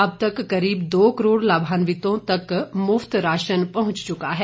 अब तक करीब दो करोड़ लाभान्वितों तक मुफ्त राशन पहुंच चुका है